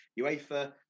UEFA